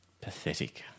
Pathetic